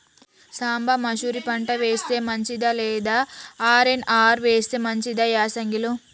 సాంబ మషూరి పంట వేస్తే మంచిదా లేదా ఆర్.ఎన్.ఆర్ వేస్తే మంచిదా యాసంగి లో?